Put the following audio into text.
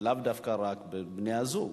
לאו דווקא רק בין בני-זוג.